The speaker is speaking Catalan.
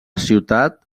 ciutat